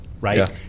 Right